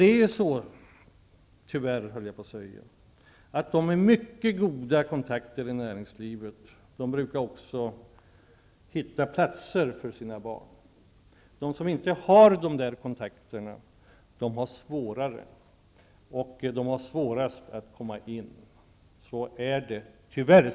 De som har mycket goda kontakter i näringslivet brukar också hitta platser åt sina barn. De som inte har de rätta kontakterna har det svårast att komma in. Så är det, tyvärr.